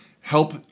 help